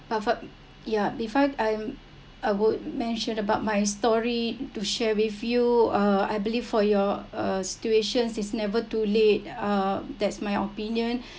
but for ya before I'm I would mentioned about my story to share with you uh I believe for your uh situations is never too late uh that's my opinion